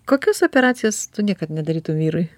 kokios operacijos tu niekad nedarytum vyrui